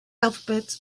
alphabets